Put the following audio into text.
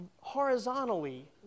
horizontally